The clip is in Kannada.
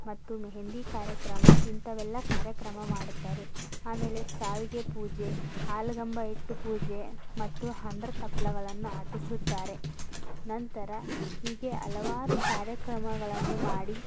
ಮತ್ತು ಮೆಹೆಂದಿ ಕಾರ್ಯಕ್ರಮ ಇಂಥವೆಲ್ಲ ಕಾರ್ಯಕ್ರಮ ಮಾಡುತ್ತಾರೆ ಆಮೇಲೆ ಶಾವಿಗೆ ಪೂಜೆ ಹಾಲುಗಂಬ ಇಟ್ಟು ಪೂಜೆ ಮತ್ತು ಹಂದರ ತಪ್ಲಗಳನ್ನು ಹಾಕಿಸುತ್ತಾರೆ ನಂತರ ಹೀಗೆ ಹಲವಾರು ಕಾರ್ಯಕ್ರಮಗಳನ್ನು ಮಾಡಿ